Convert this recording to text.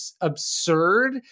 absurd